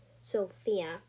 Sophia